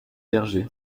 berger